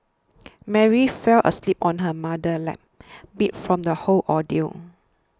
Mary fell asleep on her mother's lap beat from the whole ordeal